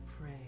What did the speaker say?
pray